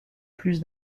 plus